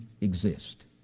exist